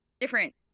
different